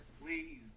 please